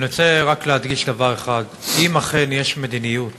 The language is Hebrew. אני רוצה רק להדגיש דבר אחד: אם אכן יש מדיניות